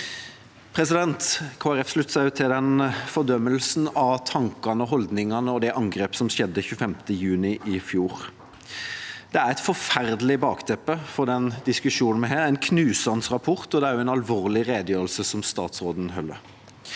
Folkeparti slutter seg til fordømmelsen av tankene og holdningene og det angrepet som skjedde 25. juni i fjor. Det er et forferdelig bakteppe for den diskusjonen vi har. Det er en knusende rapport, og det er også en alvorlig redegjørelse som statsråden holder.